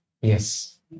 Yes